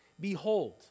Behold